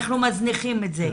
אנחנו מזניחים את זה.